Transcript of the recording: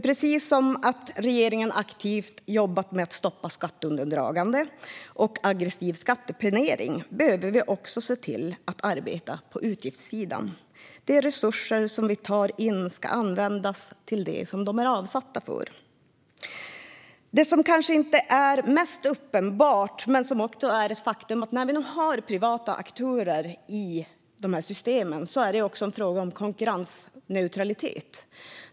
Precis som att regeringen aktivt jobbat med att stoppa skatteundandraganden och aggressiv skatteplanering behöver vi också se till att arbeta på utgiftssidan. De resurser som vi tar in ska användas till det som de är avsatta för. Det som kanske inte är mest uppenbart men som är ett faktum är att när vi nu har privata aktörer i systemen är det också en fråga om konkurrensneutralitet.